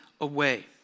away